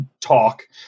talk